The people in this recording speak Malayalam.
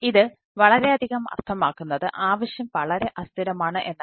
ഇത് വളരെയധികം അർത്ഥമാക്കുന്നത് ആവശ്യം വളരെ അസ്ഥിരമാണ് എന്നാണ്